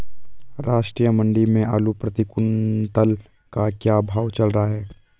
राष्ट्रीय मंडी में आलू प्रति कुन्तल का क्या भाव चल रहा है?